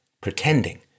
pretending